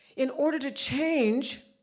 in order to change,